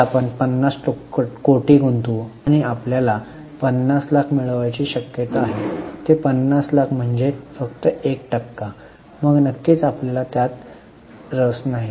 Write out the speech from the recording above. तर आपण 50 कोटी गुंतवू आणि आपल्याला 50 लाख मिळण्याची शक्यता आहे ते 50 लाख म्हणजे फक्त १ टक्का मग नक्कीच आपल्याला त्यात रस नाही